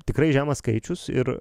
tikrai žemas skaičius ir